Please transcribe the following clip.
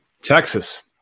Texas